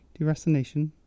deracination